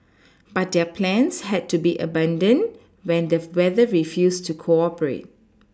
but their plans had to be abandoned when the weather refused to cooperate